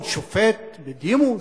עוד שופט בדימוס,